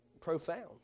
profound